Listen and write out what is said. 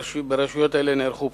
ברשויות אלה נערכו בחירות,